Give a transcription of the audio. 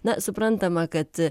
na suprantama kad